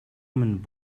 минь